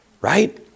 right